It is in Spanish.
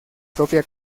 propia